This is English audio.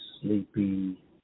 Sleepy